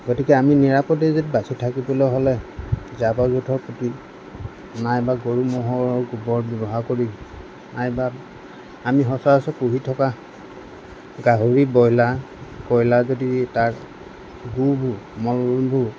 গতিকে আমি নিৰাপদে যদি বাচি থাকিবলৈ হ'লে জাবৰ জোথৰ পুতি নাইবা গৰু ম'হৰ গোবৰ ব্যৱহাৰ কৰি নাইবা আমি সচৰাচৰ পুহি থকা গাহৰি বইলাৰ কইলাৰ যদি তাৰ গুবোৰ মলবোৰ